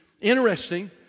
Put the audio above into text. Interesting